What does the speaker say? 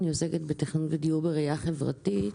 ואני עוסקת בתכנון ודיור בראייה חברתית.